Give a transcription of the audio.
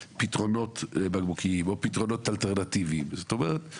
אם אתה רוצה להוריד צריכת דלק לעודד מכוניות חשמליות,